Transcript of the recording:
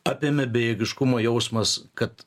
apėmė bejėgiškumo jausmas kad